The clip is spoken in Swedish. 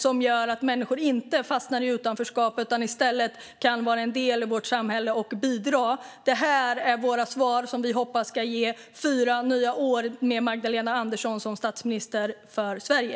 Det gör att människor inte fastnar i utanförskap utan i stället kan vara en del av vårt samhälle och bidra. Detta är våra svar, som vi hoppas ska ge fyra nya år med Magdalena Andersson som statsminister för Sverige.